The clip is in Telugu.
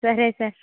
సరే సార్